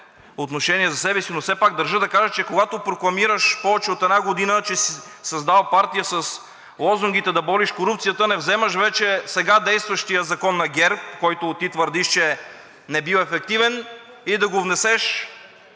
отношение за себе си, но все пак държа да кажа, че когато прокламираш повече от една година, че си създал партия с лозунгите да бориш корупцията, не вземаш сега действащия закон на ГЕРБ, за който ти твърдиш, че не бил ефективен и да го внесеш,